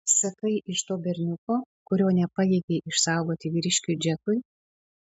sakai iš to berniuko kurio nepajėgei išsaugoti vyriškiui džekui